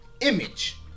image